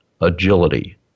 agility